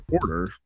order